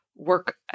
Work